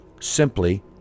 simply